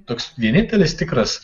toks vienintelis tikras